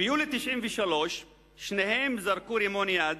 ביולי 1993 שניהם זרקו רימון יד